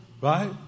Right